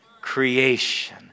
creation